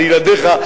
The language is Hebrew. לילדיך,